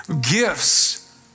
gifts